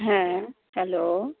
হ্যাঁ হ্যালো